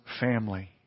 family